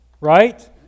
right